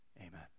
Amen